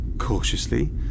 cautiously